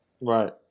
Right